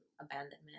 abandonment